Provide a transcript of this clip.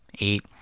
eight